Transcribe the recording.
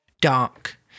dark